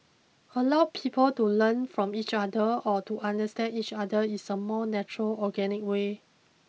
allow people to learn from each other or to understand each other is a more natural organic way